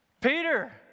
Peter